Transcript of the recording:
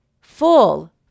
full